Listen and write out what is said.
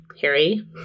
Harry